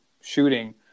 shooting